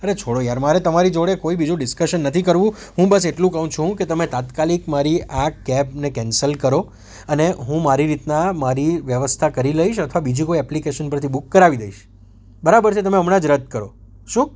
અરે છોડો યાર મારે તમારી જોડે કોઈ બીજું ડિસકસન નથી કરવું હું બસ એટલું કહું છું કે તમે તાત્કાલિક મારી આ કેબને કેન્સલ કરો અને હું મારી રીતના મારી વ્યવસ્થા કરી લઇશ અથવા બીજી કોઈ એપ્લિકેસન પરથી બુક કરાવી દઇશ બરાબર છે તમે હમણાં જ રદ કરો શું